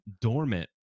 dormant